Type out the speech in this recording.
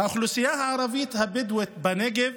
האוכלוסייה הערבית הבדואית בנגב